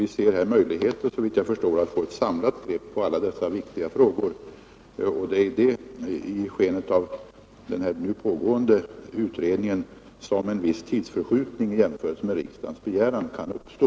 Vi ser här en möjlighet att få ett samlat grepp på dessa viktiga frågor, och det är till följd av denna nu pågående utredning som en viss tidsförskjutning i förhållande till riksdagens begäran kan uppstå.